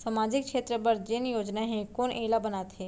सामाजिक क्षेत्र बर जेन योजना हे कोन एला बनाथे?